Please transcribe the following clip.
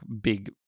big